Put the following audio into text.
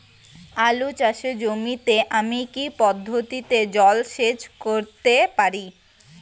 আলু চাষে জমিতে আমি কী পদ্ধতিতে জলসেচ করতে পারি?